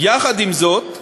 עם זאת,